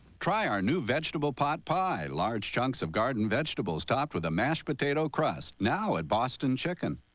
try our new vegetable pot pie large chunks of garden vegetables topped with a mashed potato crust. now at boston icken.